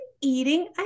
eating